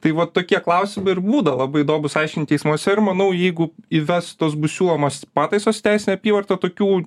tai vat tokie klausimai ir būna labai įdomūs aiškint teismuose ir manau jeigu įvestos bus siūlomos pataisos į teisinę apyvartą tokių